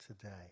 today